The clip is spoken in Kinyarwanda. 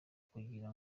kugira